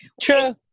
True